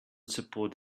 support